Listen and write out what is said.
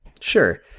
Sure